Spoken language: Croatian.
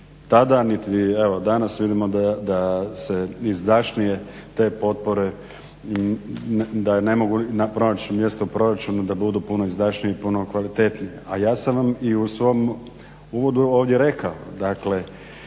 tada niti danas vidimo da se izdašnije te potpore, da ne mogu pronaći mjesto u proračunu da budu puno izdašnije i puno kvalitetnije. A ja sam vam i u svom uvodu ovdje rekao dakle